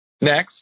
Next